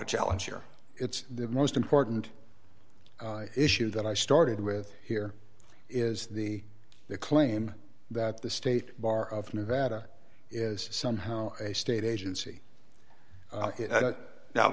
to challenge here it's the most important issue that i started with here is the claim that the state bar of nevada is somehow a state agency